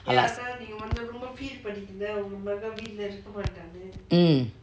mm